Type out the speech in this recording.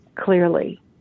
clearly